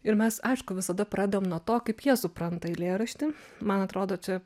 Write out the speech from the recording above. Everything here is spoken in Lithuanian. ir mes aišku visada pradedam nuo to kaip jie supranta eilėraštį man atrodo čia